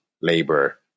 labor